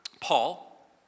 Paul